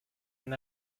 run